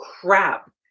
crap